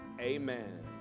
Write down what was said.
amen